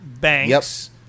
Banks